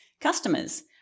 Customers